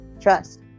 Trust